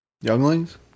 Younglings